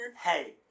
hey